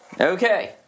Okay